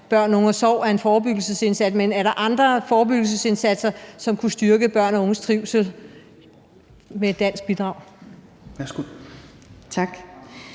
Børn, Unge & Sorg er en forebyggelsesindsats, men er der andre forebyggelsesindsatser, som med et dansk bidrag